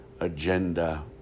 agenda